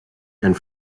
and